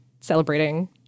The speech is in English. celebrating